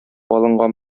алынган